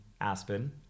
Aspen